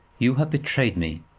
you have betrayed me,